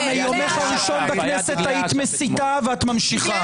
--- מיומך הראשון בכנסת היית מסיתה, ואת ממשיכה.